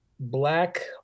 Black